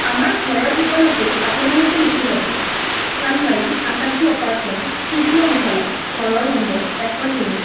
আমাৰ ঘৰৰ ঠিকনাটো আপোনালোকে লিখি ল'ব চান্দমাৰী আকাশী এপাৰ্টমেণ্ট তৃতীয় মহলা ঘৰৰ নম্বৰ এশ তিনি